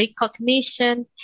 recognition